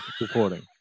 recording